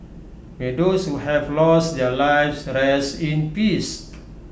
may those who have lost their lives rest in peace